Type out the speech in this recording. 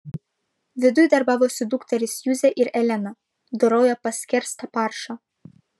viduj darbavosi dukterys juzė ir elena dorojo paskerstą paršą